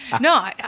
No